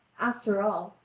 after all,